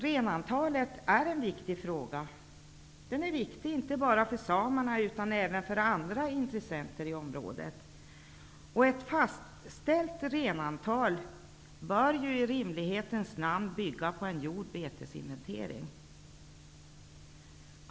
Renantalet är en viktig fråga, inte bara för samerna utan även för andra intressenter i området, och ett fastställt renantal bör i rimlighetens namn bygga på en gjord betesinventering.